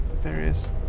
Various